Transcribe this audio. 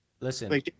Listen